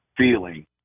feeling